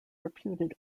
reputed